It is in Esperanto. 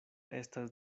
estas